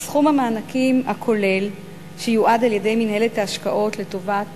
סכום המענקים הכולל שיועד על-ידי מינהלת ההשקעות לטובת